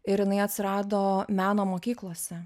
ir jinai atsirado meno mokyklose